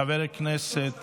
חבר הכנסת